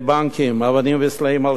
אבנים וסלעים על שוטרים,